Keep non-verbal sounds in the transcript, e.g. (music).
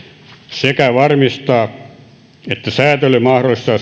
sekä varmistaa että sääntely mahdollistaa (unintelligible)